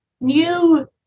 new